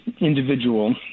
individual